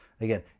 Again